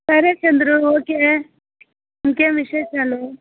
సరే చంద్రు ఓకే ఇంకేం విశేషాలు